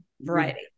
variety